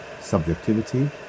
subjectivity